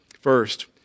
First